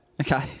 Okay